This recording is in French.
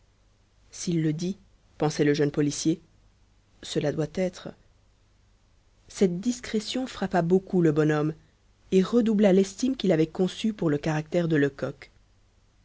s'il le dit pensait le jeune policier cela doit être cette discrétion frappa beaucoup le bonhomme et redoubla l'estime qu'il avait conçue pour le caractère de lecoq